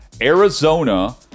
Arizona